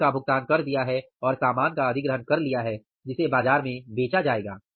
रकम का भुगतान कर दिया है और सामान का अधिग्रहण कर लिया है जिसे बाजार में बेचा जाएगा